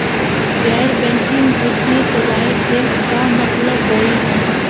गैर बैंकिंग वित्तीय सेवाएं के का मतलब होई हे?